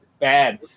bad